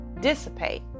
dissipate